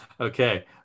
Okay